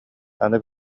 аны